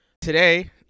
today